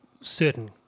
certain